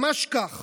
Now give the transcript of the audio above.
ממש כך.